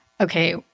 okay